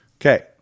Okay